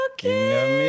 Okay